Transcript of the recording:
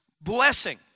blessing